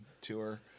tour